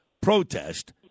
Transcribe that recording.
protest